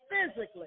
physically